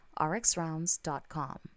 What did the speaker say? rxrounds.com